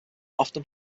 often